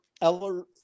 Eller